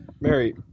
Mary